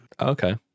Okay